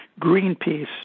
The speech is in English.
Greenpeace